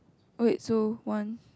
oh wait so one